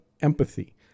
empathy